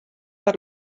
per